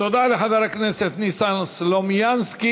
תודה לחבר הכנסת ניסן סלומינסקי.